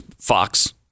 Fox